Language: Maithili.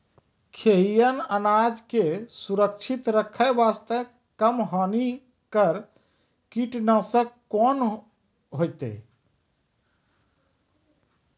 खैहियन अनाज के सुरक्षित रखे बास्ते, कम हानिकर कीटनासक कोंन होइतै?